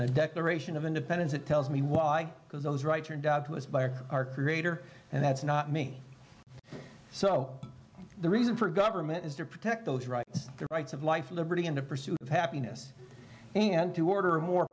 the declaration of independence it tells me why because those right turned out to us by our creator and that's not me so the reason for government is to protect those rights the rights of life liberty and the pursuit of happiness and to order a more